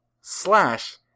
slash